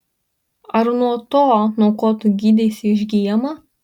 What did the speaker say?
ar nuo to nuo ko tu gydeisi išgyjama